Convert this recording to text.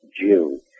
June